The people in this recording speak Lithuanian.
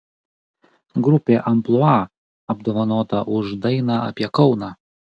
grupė amplua apdovanota už dainą apie kauną